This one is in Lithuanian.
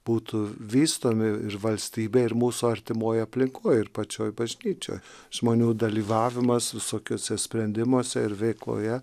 būtų vystomi ir valstybėj ir mūsų artimoj aplinkoj ir pačioj bažnyčioj žmonių dalyvavimas visokiuose sprendimuose ir veikloje